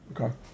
Okay